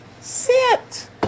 sit